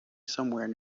somewhere